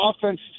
offense